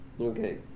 Okay